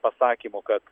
pasakymu kad